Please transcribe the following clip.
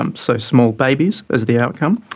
um so small babies is the outcome.